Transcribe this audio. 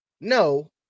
no